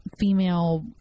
female